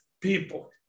people